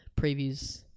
previews